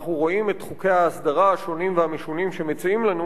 וכשאנחנו רואים את חוקי ההסדרה השונים והמשונים שמציעים לנו,